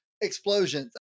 explosions